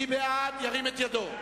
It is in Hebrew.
מי בעד, ירים את ידו.